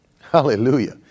Hallelujah